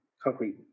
Concrete